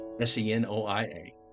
S-E-N-O-I-A